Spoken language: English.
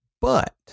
but-